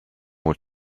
more